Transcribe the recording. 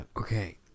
Okay